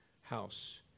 house